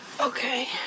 Okay